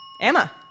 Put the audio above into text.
Emma